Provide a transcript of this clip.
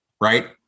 right